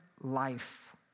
life